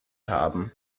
haben